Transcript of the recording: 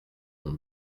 mon